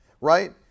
Right